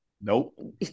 Nope